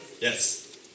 Yes